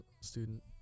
student